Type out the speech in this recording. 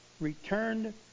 returned